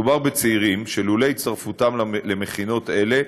מדובר בצעירים שלולא הצטרפותם למכינות האלה